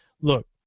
Look